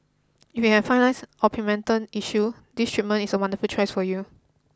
if you have fine lines or pigment tent issue this treatment is a wonderful choice for you